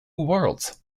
worlds